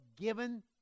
given